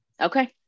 Okay